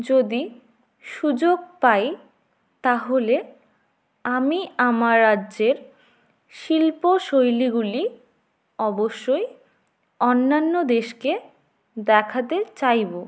যদি সুযোগ পাই তাহলে আমি আমার রাজ্যের শিল্পশৈলীগুলি অবশ্যই অন্যান্য দেশকে দেখাতে চাইব